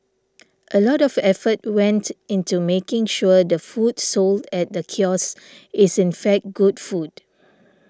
a lot of effort went into making sure the food sold at the kiosk is in fact good food